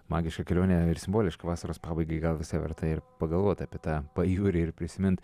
magiška kelionė ir simboliška vasaros pabaigai gal verta ir pagalvoti apie tą pajūrį ir prisimint